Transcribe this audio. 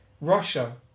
Russia